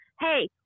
hey